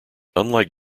unlike